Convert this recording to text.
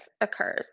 occurs